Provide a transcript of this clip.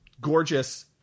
gorgeous